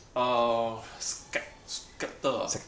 err scep~ scepter scepter